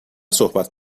صحبت